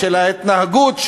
של ההתנהגות,